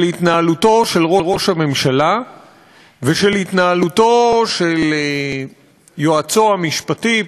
התנהלותו של ראש הממשלה ושל התנהלותו של יועצו המשפטי,